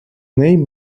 name